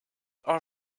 are